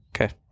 Okay